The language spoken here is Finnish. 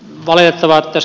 arvoisa puhemies